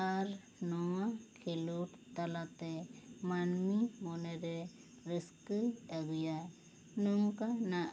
ᱟᱨ ᱱᱚᱣᱟ ᱠᱷᱮᱞᱳᱰ ᱛᱟᱞᱟ ᱛᱮ ᱢᱟᱹᱱᱢᱤ ᱢᱚᱱᱮ ᱨᱮ ᱨᱟᱹᱥᱠᱟ ᱟᱜᱩᱭᱟ ᱱᱚᱝᱠᱟ ᱱᱟᱜ